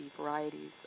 varieties